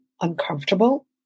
uncomfortable